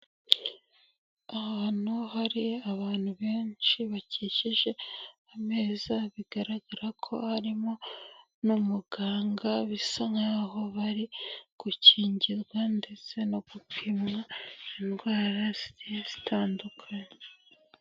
Ahantu hari abantu benshi bakikije ameza bigaragara ko harimo n'umuganga bisa nkaho bari gukingirwa ndetse no gupimwa indwara zigiye zitandukanye.